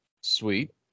Sweet